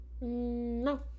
No